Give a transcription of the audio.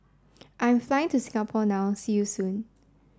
I'm flying to Singapore now see you soon